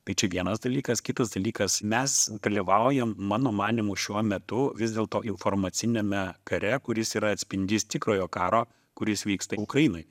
tai čia vienas dalykas kitas dalykas mes dalyvaujam mano manymu šiuo metu vis dėl to informaciniame kare kuris yra atspindys tikrojo karo kuris vyksta ukrainoj